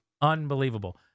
Unbelievable